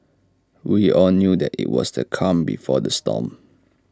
we all knew that IT was the calm before the storm